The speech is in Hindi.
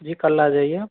जी कल आजाइए आप